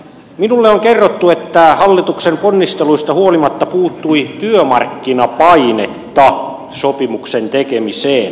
minulle on kerrottu että hallituksen ponnisteluista huolimatta puuttui työmarkkinapainetta sopimuksen tekemiseen